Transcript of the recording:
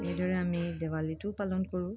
এইদৰে আমি দেৱালীটো পালন কৰোঁ